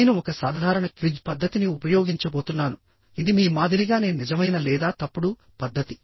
నేను ఒక సాధారణ క్విజ్ పద్ధతిని ఉపయోగించబోతున్నాను ఇది మీ మాదిరిగానే నిజమైన లేదా తప్పుడు పద్ధతి